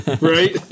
right